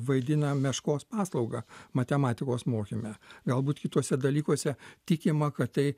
vaidina meškos paslaugą matematikos mokyme galbūt kituose dalykuose tikima kad tai